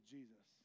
Jesus